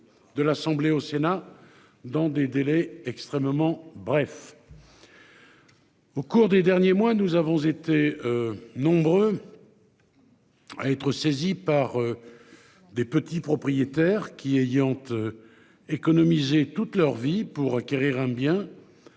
De l'Assemblée, au Sénat dans des délais extrêmement brefs. Au cours des derniers mois, nous avons été. Nombreux. À être saisie par. Des petits propriétaires qui ayant. Économisé toute leur vie pour acquérir un bien.